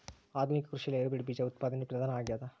ಆಧುನಿಕ ಕೃಷಿಯಲ್ಲಿ ಹೈಬ್ರಿಡ್ ಬೇಜ ಉತ್ಪಾದನೆಯು ಪ್ರಧಾನ ಆಗ್ಯದ